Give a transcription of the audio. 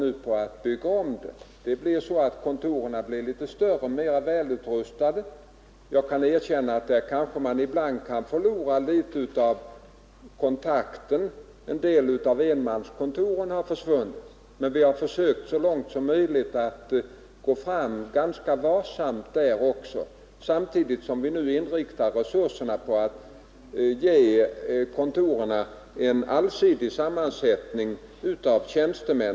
Nu håller vi på att göra kontoren större och mera välutrustade. Jag erkänner att man ibland kan förlora litet i fråga om kontakten med allmänheten. En del av enmanskontoren har försvunnit, men vi har där försökt gå fram ganska varsamt samtidigt som vi nu inriktar resurserna på att ge kontoren en allsidig sammansättning av tjänstemän.